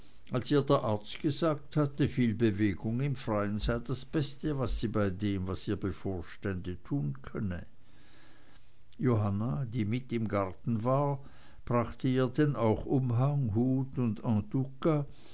als ihr der arzt gesagt hatte viel bewegung im freien sei das beste was sie bei dem was ihr bevorstände tun könne johanna die mit im garten war brachte ihr denn auch umhang hut und